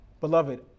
Beloved